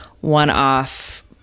one-off